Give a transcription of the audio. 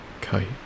kite